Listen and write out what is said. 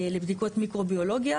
לבדיקות מיקרו-ביולוגיות.